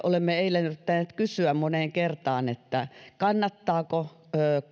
olemme eilen yrittäneet kysyä moneen kertaan kannattaako